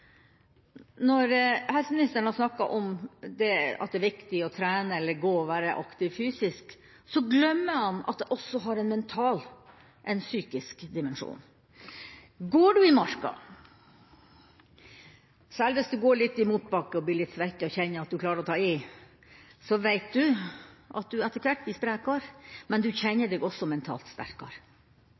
Når helseministeren har snakket om at det er viktig å trene og gå, være aktiv fysisk, glemmer han at det også har en mental, en psykisk, dimensjon. Går en i marka, særlig hvis en går litt i motbakke og blir litt svett og kjenner at en klarer å ta i, vet en at en etter hvert blir sprekere, men en kjenner seg også mentalt sterkere.